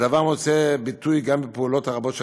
הדבר מוצא ביטוי גם בפעולות הרבות של